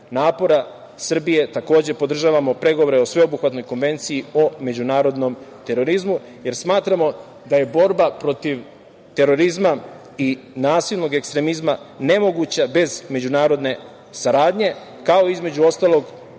napora Srbije. Takođe, podržavamo pregovore o sveobuhvatnoj Konvenciji o međunarodnom terorizmu, jer smatramo da je borba protiv terorizma i nasilnog ekstremizma nemoguća bez međunarodne saradnje, kao između ostalog,